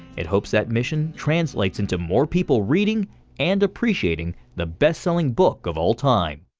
it hopes that mission translates into more people reading and appreciating the best-selling book of all time.